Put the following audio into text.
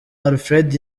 alfred